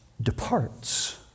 departs